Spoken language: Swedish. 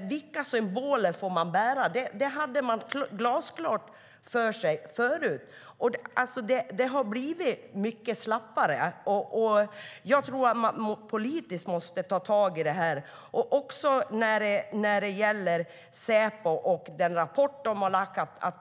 Vilka symboler får man bära? Det hade man glasklart för sig tidigare. Det har blivit mycket slappare. Jag tror att man politiskt måste ta tag i det här också när det gäller Säpo och den rapport som de har skrivit.